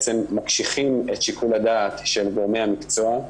מקשיחים את שיקול הדעת של גורמי המקצוע,